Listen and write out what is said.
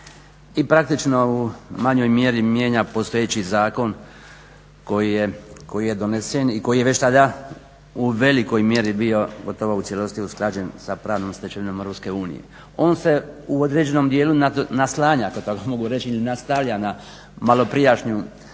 i praktično u manjoj mjeri mijenja postojeći zakon koji je donesen i koji je već tada u velikoj mjeri bio gotovo u cijelosti usklađen sa pravnom stečevinom EU. On se u određenom dijelu naslanja ako to tako mogu reći nastavlja na maloprijašnju